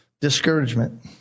Discouragement